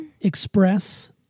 Express